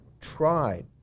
tried